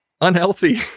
unhealthy